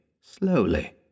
slowly